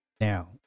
Now